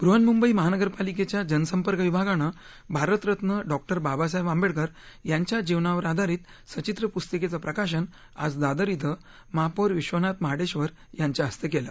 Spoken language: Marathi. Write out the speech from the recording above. बृहन्मुंबई महानगरपालिकेच्या जनसंपर्क विभागानं भारतरत्न डॉक्टर बाबासाहेब आंबेडकर यांच्या जीवनावर आधारित सचित्र प्रस्तिकेचं प्रकाशन आज दादर इथं महापौर विश्वनाथ महाडेश्वर यांच्या हस्ते केलं